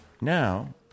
Now